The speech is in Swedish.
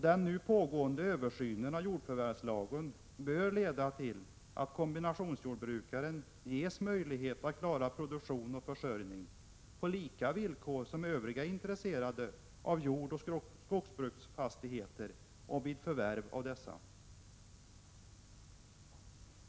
Den nu pågående översynen av jordförvärvslagen bör leda till att kombinationsjordbrukaren ges möjlighet att klara produktion och försörjning på samma villkor som övriga intresserade av jordoch skogsbruksfastigheter och vid förvärv av dessa.